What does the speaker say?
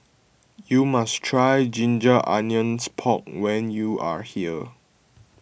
you must try Ginger Onions Pork when you are here